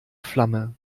flamme